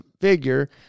figure